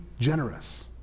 generous